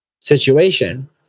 situation